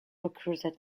recruited